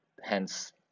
hence